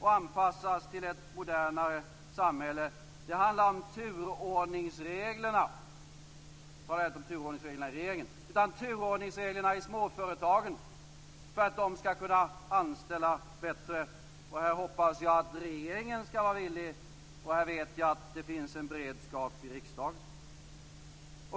och anpassas till ett modernare samhälle. Det handlar om turordningsreglerna i småföretagen - inte turordningsreglerna i regeringen - för att de skall kunna anställa bättre. Här hoppas jag att regeringen skall vara villig, och här vet jag att det finns en beredskap i riksdagen.